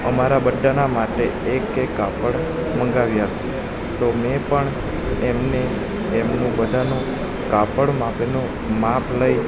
અમારા બધાના માટે એક એક કાપડ મંગાવી આપજે તો મેં પણ એમને એમનું બધાનું કાપડ માપનું માપ લઈ